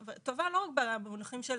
- טובה לא רק במונחים של